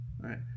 Right